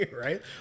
right